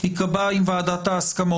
המועד לתקנות האלה ייקבע עם ועדת ההסכמות.